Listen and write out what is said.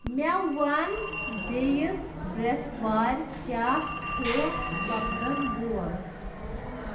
مےٚ وَن بیٚیِس برٛٮ۪سوارِ کیٛاہ چھُ سپدَن وول